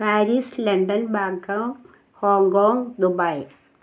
Paris London Bangkok Hong Kong Dubai